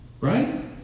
right